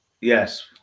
Yes